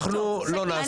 --- אנחנו לא נעשה הפסקה.